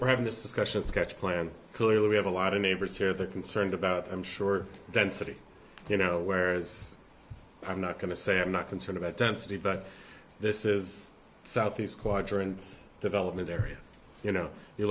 we're having this discussion sketch plan clearly we have a lot of neighbors here they're concerned about i'm sure density you know where as i'm not going to say i'm not concerned about density but this is southeast quadrant development area you know you